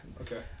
Okay